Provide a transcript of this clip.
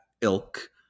ilk